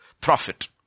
profit